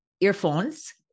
earphones